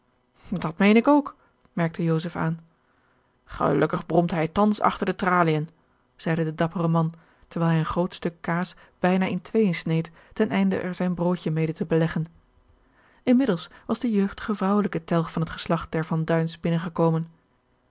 dat meen ik ook merkte joseph aan gelukkig bromt hij thans achter de traliën zeide de dappere man terwijl hij een groot stuk kaas bijna in tweeën sneed ten einde er zijn broodje mede te beleggen inmiddels was de jeugdige vrouwelijke telg van het geslacht der van duins binnengekomen